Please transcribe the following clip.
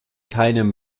keinem